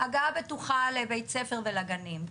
הגעה בטוחה לבית הספר ולגנים.